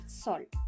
salt